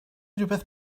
rywbeth